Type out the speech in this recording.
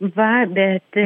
va bet